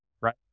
right